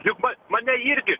juk ma mane irgi